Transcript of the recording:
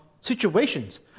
situations